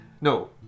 No